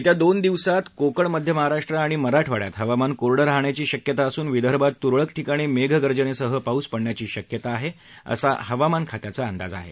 येत्या दोन दिवसात कोकण मध्य महाराष्ट्र आणि मराठवाड्यात हवामान कोरडं राहण्याची शक्यता असून विदर्भात तुरळक ठिकाणी मेघगर्जनेसह पाऊस पड्ण्याची शक्यता आहे असा हवामान खात्याचा अंदाज आहे